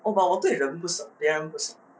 oh but 我对人不省别人不省